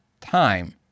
time